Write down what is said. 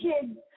kids